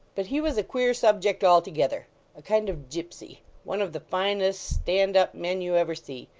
but he was a queer subject altogether a kind of gipsy one of the finest, stand-up men, you ever see.